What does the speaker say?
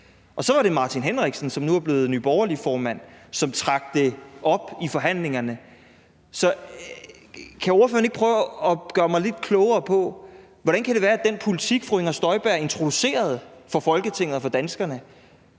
Og så var det hr. Martin Henriksen, som nu er blevet formand for Nye Borgerlige, som tog det op i forhandlingerne. Så kan ordføreren ikke prøve at gøre mig lidt klogere på, hvordan det kan være, at den politik, fru Inger Støjberg introducerede for Folketinget og for danskerne,